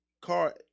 car